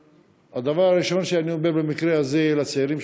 הדבר הראשון שאני אומר במקרה הזה לצעירים